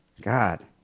God